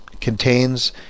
contains